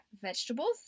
vegetables